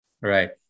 right